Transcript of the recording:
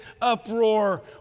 uproar